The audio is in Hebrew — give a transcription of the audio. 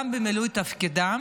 גם במילוי תפקידם